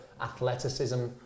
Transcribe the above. athleticism